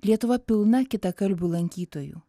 lietuva pilna kitakalbių lankytojų